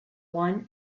one